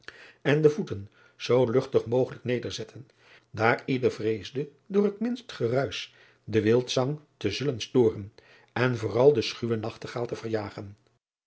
en de voeten zoo luchtig mogelijk nederzetten daar ieder vreesde door het minst geruisch den wildzang te zullen storen en vooral den schuwen nachtegaal te verjagen